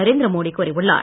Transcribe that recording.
நரேந்திர மோடி கூறியுள்ளார்